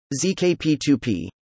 ZKP2P